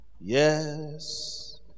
Yes